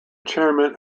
chairman